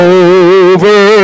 over